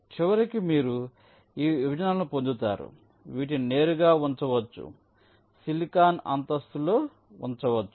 చివరికి మీరు ఈ విభజనలను పొందుతారు వీటిని నేరుగా ఉంచవచ్చు సిలికాన్ అంతస్తులో ఉంచవచ్చు